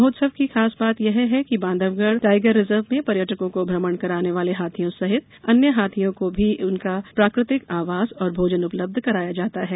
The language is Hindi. महोत्सव की खास बात यह है कि बांधवगढ़ टाईगर रिजर्व में पर्यटकों को भ्रमण कराने वाली हाथियों सहित अन्य हाथियों को भी उनका प्राकृतिक आवास और भोजन उपलब्ध कराया जाता है